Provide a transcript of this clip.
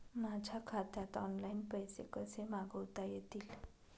माझ्या खात्यात ऑनलाइन पैसे कसे मागवता येतील?